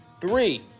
three